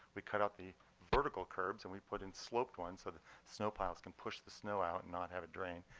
we cut out the vertical curbs, and we put in sloped ones so that the snow plows can push the snow out and not have it drain,